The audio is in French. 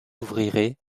ouvrirez